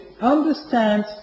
understand